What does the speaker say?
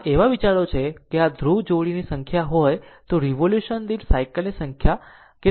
આ એવો વિચાર છે કે જો ધ્રુવ જોડીની સંખ્યા હોય તો તે રીવોલ્યુશન દીઠ સાયકલ ની સંખ્યા જેટલી હોય છે